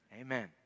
Amen